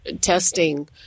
testing